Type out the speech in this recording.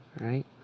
Right